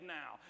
now